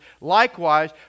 likewise